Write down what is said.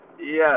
yes